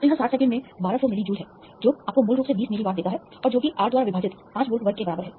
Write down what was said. तो यह 60 सेकंड में 1200 मिली जूल है जो आपको मूल रूप से 20 मिली वाट देता है और जो कि R द्वारा विभाजित 5 वोल्ट वर्ग के बराबर है